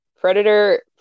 Predator